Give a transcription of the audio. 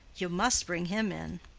you must bring him in.